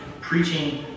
preaching